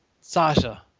Sasha